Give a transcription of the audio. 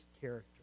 character